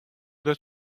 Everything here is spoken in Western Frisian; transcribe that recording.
dat